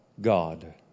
God